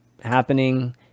happening